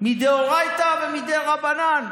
למדאורייתא ומדרבנן,